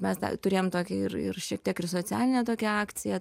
mes turėjom tokį ir ir šiek tiek ir socialinę tokia akciją